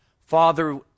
Father